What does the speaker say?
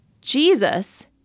Jesus